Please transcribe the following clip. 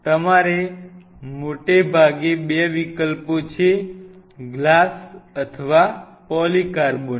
તમારા મોટે ભાગે બે વિકલ્પો છે ગ્લાસ અથવા પોલીકાર્બોનેટ